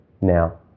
Now